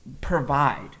provide